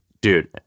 Dude